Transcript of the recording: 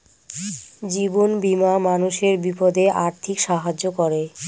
জীবন বীমা মানুষের বিপদে আর্থিক সাহায্য করে